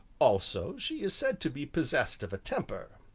also she is said to be possessed of a temper,